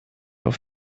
auf